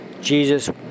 Jesus